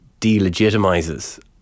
delegitimizes